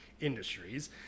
Industries